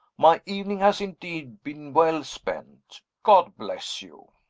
my evening has indeed been well spent. god bless you!